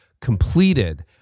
completed